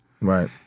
Right